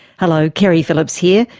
hello keri phillips here.